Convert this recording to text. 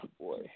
boy